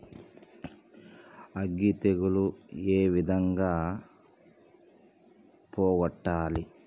అగ్గి తెగులు ఏ విధంగా పోగొట్టాలి?